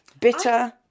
Bitter